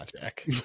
Jack